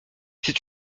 c’est